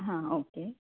ಹಾಂ ಓಕೆ